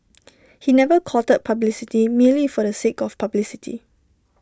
he never courted publicity merely for the sake of publicity